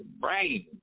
brain